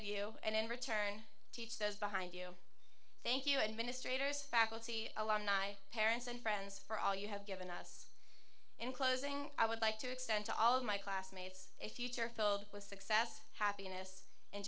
of you and in return teach says behind you thank you administrators faculty alumni parents and friends for all you have given us in closing i would like to extend to all of my classmates a future filled with success happiness and